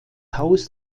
haus